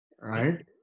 right